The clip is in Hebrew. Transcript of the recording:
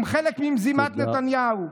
הם חלק ממזימת נתניהו,